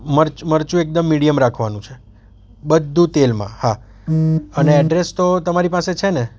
મરચું એકદમ મીડિયમ રાખવાનું છે બધુ તેલમાં હા અને એડ્રેસ તો તમારી પાસે છે ને